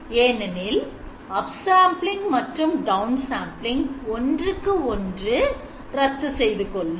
ஏனெனில் Upsampling மற்றும் downsampling ஒன்றுக்கு ஒன்று ரத்து செய்து கொள்ளும்